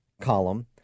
column